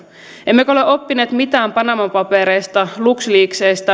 emmekö ole oppineet mitään panama papereista lux leaksistä